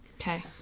Okay